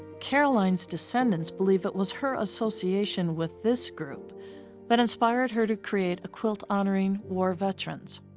caroline's descendants believe it was her association with this group that inspired her to create a quilt honoring war veterans.